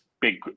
big